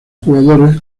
jugadores